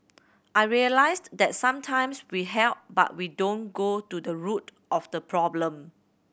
I realised that sometimes we help but we don't go to the root of the problem